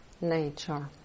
nature